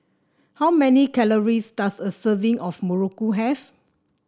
how many calories does a serving of muruku have